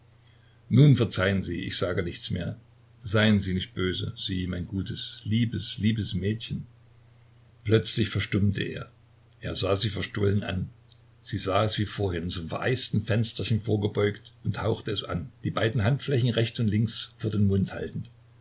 nun verzeihen sie ich sage nichts mehr seien sie nicht böse sie mein gutes liebes liebes mädchen plötzlich verstummte er er sah sie verstohlen an sie saß wie vorhin zum vereisten fensterchen vorgebeugt und hauchte es an die beiden handflächen rechts und links vor dem mund haltend